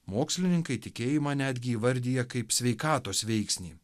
mokslininkai tikėjimą netgi įvardija kaip sveikatos veiksnį